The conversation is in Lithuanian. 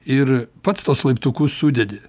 ir pats tuos laiptukus sudedi